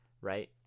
right